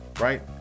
right